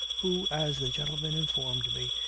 who, as the gentleman informed me,